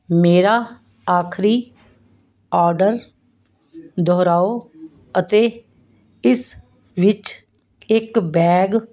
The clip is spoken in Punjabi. ਮੇਰਾ ਆਖਰੀ ਆਰਡਰ ਦੁਹਰਾਓ ਅਤੇ ਇਸ ਵਿੱਚ ਇੱਕ ਬੈਗ